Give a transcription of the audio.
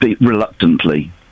reluctantly